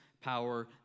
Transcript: power